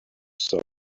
soul